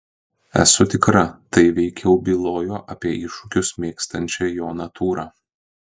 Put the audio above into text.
esu tikra tai veikiau bylojo apie iššūkius mėgstančią jo natūrą